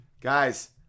Guys